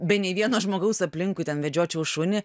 be nei vieno žmogaus aplinkui ten vedžiočiau šunį